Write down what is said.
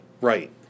Right